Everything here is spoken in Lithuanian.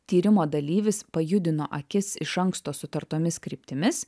tyrimo dalyvis pajudino akis iš anksto sutartomis kryptimis